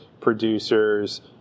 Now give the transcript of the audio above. producers